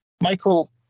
Michael